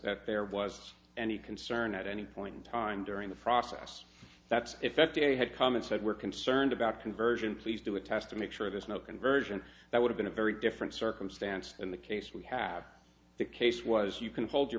that there was any concern at any point in time during the process that's effective had come and said we're concerned about conversion please do a test to make sure there's no conversion that would've been a very different circumstance in the case we have the case was you can hold your